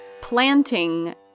planting